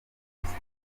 akunze